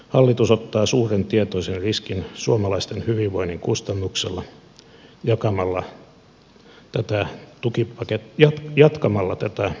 hallitus ottaa suuren tietoisen riskin suomalaisten hyvinvoinnin kustannuksella jatkamalla tätä tukipakettipelleilyä